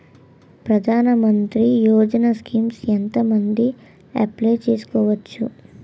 ప్రధాన మంత్రి యోజన స్కీమ్స్ ఎంత మంది అప్లయ్ చేసుకోవచ్చు?